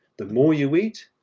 the more you eat,